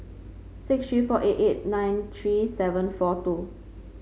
six three four eight eight nine three seven four two